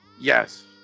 Yes